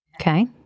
Okay